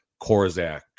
Korzak